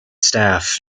staff